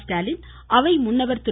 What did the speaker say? ஸ்டாலின் அவை முன்னவர் திரு